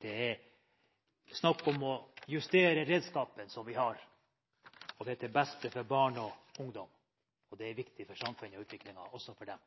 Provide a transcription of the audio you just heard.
Det er snakk om å justere den redskapen vi har. Det er til beste for barn og ungdom, og det er viktig for utviklingen for dem og samfunnet.